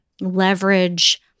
leverage